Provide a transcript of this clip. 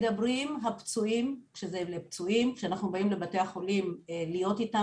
מדברים הפצועים שאנחנו באים לבתי החולים להיות אתם